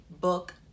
book